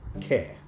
care